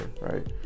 right